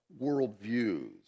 worldviews